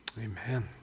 Amen